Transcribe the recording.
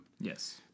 Yes